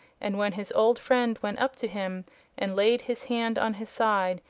and when his old friend went up to him and laid his hand on his side,